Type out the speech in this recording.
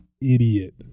Idiot